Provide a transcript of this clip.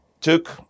took